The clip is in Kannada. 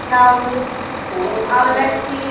ನಾವು ಅವಲಕ್ಕಿ